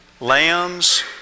lambs